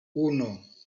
uno